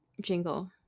jingle